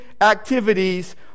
activities